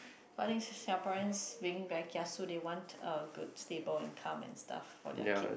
so I think Singaporeans being very kiasu they want a good stable income and stuff for their kid